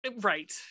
Right